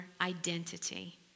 identity